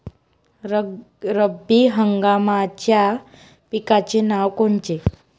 रब्बी हंगामाच्या पिकाचे नावं कोनचे?